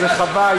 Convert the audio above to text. רחבה,